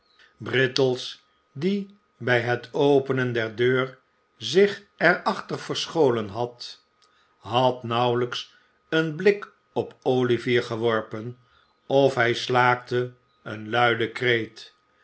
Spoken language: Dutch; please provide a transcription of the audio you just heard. brittles die bij het openen der deur zich er achter verscholen had had nauwelijks een blik op olivier geworpen of hij slaakte een luiden kreet